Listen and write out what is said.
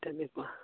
তেনেুকুৱা